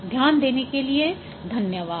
ध्यान देने के लिये धन्यवाद